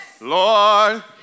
Lord